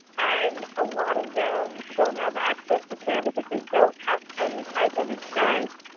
and a lot of them don't have access to care because they don't have any type of insurance.